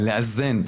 לאזן,